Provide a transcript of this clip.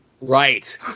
Right